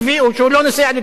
או שהוא לא נוסע לתל-אביב?